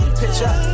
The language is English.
picture